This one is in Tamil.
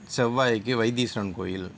செவ்வாய்க்கு வைத்தீஸ்வரன் கோவில்